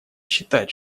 считать